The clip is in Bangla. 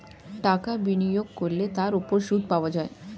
টাকা বিনিয়োগ করলে তার উপর সুদ পাওয়া যায়